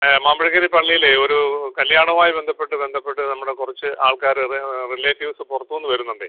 മാമ്പഴക്കരി പള്ളിയിൽ ഒരു കല്ല്യാണവുമായി ബന്ധപ്പെട്ട് ബന്ധപ്പെട്ട് നമ്മുടെ കുറച്ച് ആൾക്കാര് റേ റിലേറ്റീവ്സ്സ് പുറത്ത് നിന്ന് വരുന്നുണ്ടേ